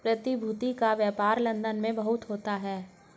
प्रतिभूति का व्यापार लन्दन में बहुत होता है